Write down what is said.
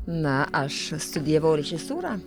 na aš studijavau režisūrą